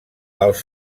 els